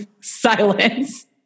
Silence